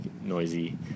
noisy